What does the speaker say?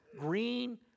green